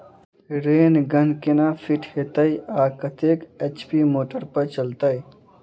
Rain gun केना fit हेतइ आ कतेक एच.पी मोटर पर चलतै?